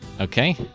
Okay